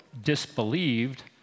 disbelieved